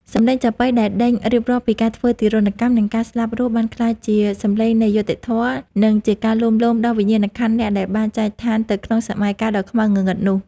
សម្លេងចាប៉ីដែលដេញរៀបរាប់ពីការធ្វើទារុណកម្ម និងការស្លាប់រស់ បានក្លាយជាសម្លេងនៃយុត្តិធម៌ និងជាការលួងលោមដល់វិញ្ញាណក្ខន្ធអ្នកដែលបានចែកឋានទៅក្នុងសម័យកាលដ៏ខ្មៅងងឹតនោះ។